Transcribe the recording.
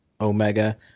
Omega